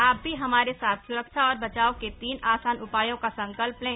आप भी हमारे साथ सुरक्षा और बचाव के तीन आसान उपायों का संकल्प लें